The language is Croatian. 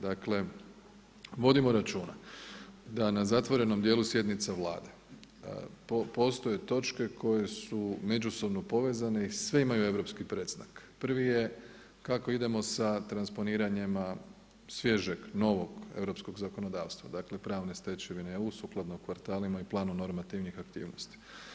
Dakle, vodimo računa da na zatvorenom dijelu sjednica Vlade, postoje točke koje su međusobno povezane i sve imaju europski predznak, prvi je kako idemo sa transponiranjem svježeg, novog europskog zakonodavstva, dakle pravne stečevine EU, sukladno kvartalima i planu normativnih aktivnosti.